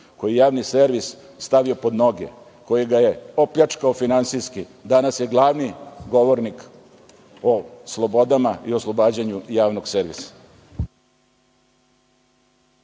koji je javni servis stavio pod noge, koji ga je opljačkao finansijski danas je glavni govornik o slobodama i oslobađanju javnog servisa.